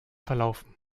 verlaufen